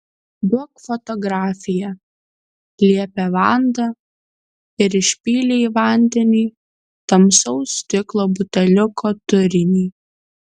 duok fotografiją liepė vanda ir išpylė į vandenį tamsaus stiklo buteliuko turinį